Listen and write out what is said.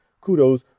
Kudos